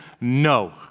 no